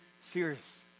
serious